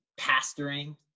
pastoring